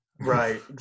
Right